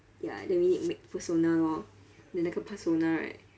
ya they really make persona orh then 那个 persona right